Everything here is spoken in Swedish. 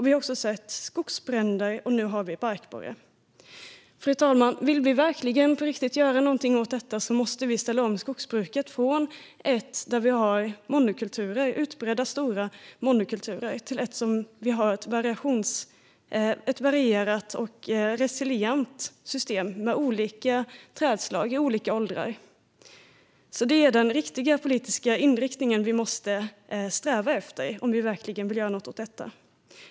Vi har också sett skogsbränder, och nu har vi barkborren. Fru talman! Vill vi verkligen göra någonting åt detta måste vi ställa om skogsbruket från ett där vi har utbredda stora monokulturer till ett där vi har ett varierat och resilient system med olika trädslag i olika åldrar. Det är den riktiga politiska inriktning vi måste sträva efter om vi verkligen vill göra något åt detta.